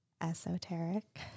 esoteric